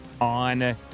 on